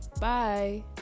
Bye